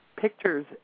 pictures